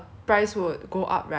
I think september or october